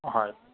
হয়